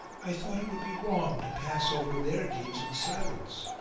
i thought it would be wrong to pass over their deeds in silence,